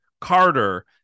Carter